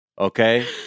Okay